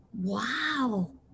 Wow